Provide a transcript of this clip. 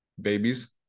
babies